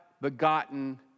begotten